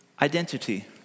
identity